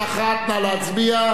נא להצביע.